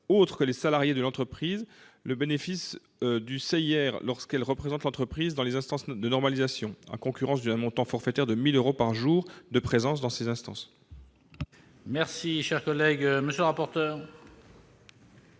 autres que les salariés de l'entreprise le bénéfice du CIR lorsque celles-ci représentent cette société dans les instances de normalisation, à concurrence d'un montant forfaitaire de 1 000 euros par jour de présence dans ces instances.